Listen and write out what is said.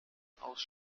aus